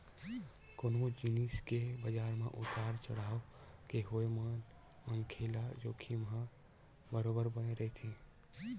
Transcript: कोनो जिनिस के बजार म उतार चड़हाव के होय म मनखे ल जोखिम ह बरोबर बने रहिथे